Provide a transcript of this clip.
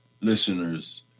listeners